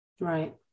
Right